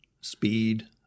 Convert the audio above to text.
speed